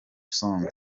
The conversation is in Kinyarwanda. song